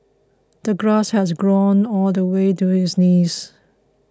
the grass had grown all the way to his knees